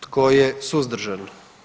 Tko je suzdržan?